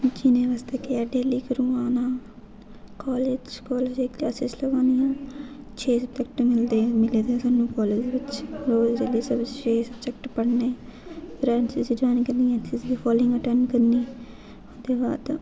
मिगी इ'नें कैडिट डेह्ली करोआना कालेज बिच क्लासां लोआनियां छे सब्जैक्ट मिलदे मिले दे साह्नूं कालेज बिच रोज जेल्लै छे सब्जैक्ट पढ़ने फ्ही एनसीसी ज्वाइन करनी फ्ही फुल फालिंग ज्वाइन करनी ओह्दे बाद